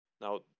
Now